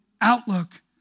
Outlook